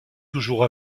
toujours